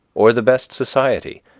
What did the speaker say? or the best society,